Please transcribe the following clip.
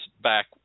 back